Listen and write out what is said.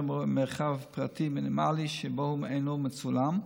מרחב פרטי מינימלי שבו הוא אינו מצולם,